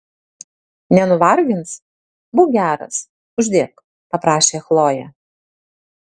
nenuvargins būk geras uždėk paprašė chlojė